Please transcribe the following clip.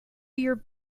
your